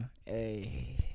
Hey